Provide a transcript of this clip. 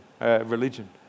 religion